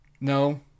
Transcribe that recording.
No